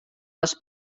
les